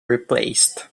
replaced